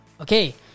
Okay